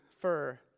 fur